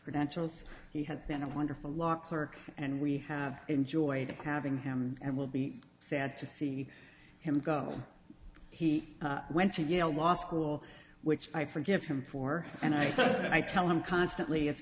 credentials he has been a wonderful law clerk and we have enjoyed having him and will be sad to see him go he went to yale law school which i forgive him for and i i tell him constantly it's